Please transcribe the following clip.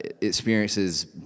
experiences